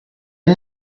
and